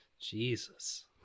Jesus